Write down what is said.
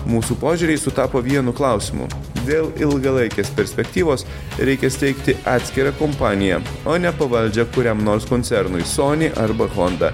mūsų požiūriai sutapo vienu klausimu dėl ilgalaikės perspektyvos reikia steigti atskirą kompaniją o nepavaldžią kuriam nors koncernui sony arba honda